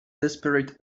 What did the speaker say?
desperate